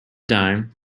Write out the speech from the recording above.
dime